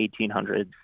1800s